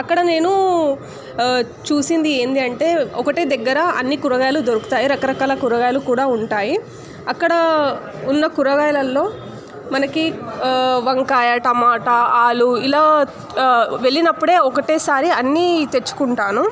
అక్కడ నేను చూసింది ఏంటీ అంటే ఒకటే దగ్గర అన్ని కూరగాయలు దొరుకుతాయి రకరకాల కూరగాయలు కూడా ఉంటాయి అక్కడ ఉన్న కూరగాయలల్లో మనకి వంకాయ టమాట ఆలూ ఇలా వెళ్ళినప్పుడే ఒకటేసారి అన్నీ తెచ్చుకుంటాను